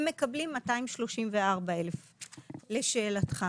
מקבלים 234,000 ₪.